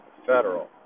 federal